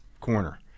corner